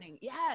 Yes